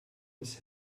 his